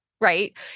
right